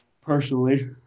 Personally